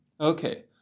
Okay